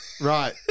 right